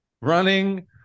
running